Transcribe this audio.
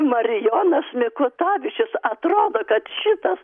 marijonas mikutavičius atrodo kad šitas